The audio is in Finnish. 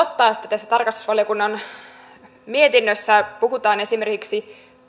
tässä tarkastusvaliokunnan mietinnössä puhutaan esimerkiksi